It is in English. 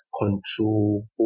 control